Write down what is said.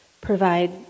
provide